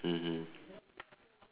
mmhmm